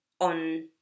on